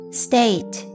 state